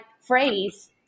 phrase